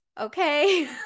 Okay